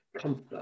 comfort